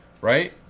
right